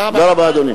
תודה רבה, אדוני.